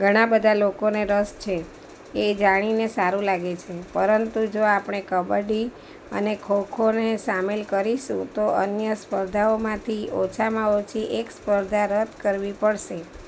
ઘણાં બધાં લોકોને રસ છે એ જાણીને સારું લાગે છે પરંતુ જો આપણે કબડ્ડી અને ખો ખોને સામેલ કરીશું તો અન્ય સ્પર્ધાઓમાંથી ઓછામાં ઓછી એક સ્પર્ધા રદ કરવી પળશે